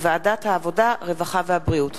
מוועדת העבודה, הרווחה והבריאות.